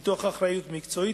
ביטוח אחריות מקצועית,